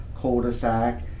cul-de-sac